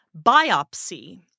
Biopsy